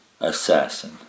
assassin